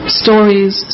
stories